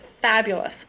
fabulous